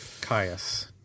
Caius